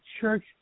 church